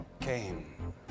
came